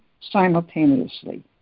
simultaneously